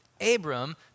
Abram